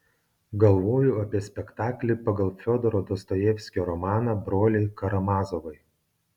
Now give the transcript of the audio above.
galvoju apie spektaklį pagal fiodoro dostojevskio romaną broliai karamazovai